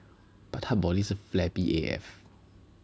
but 他 body 是 flabby A_F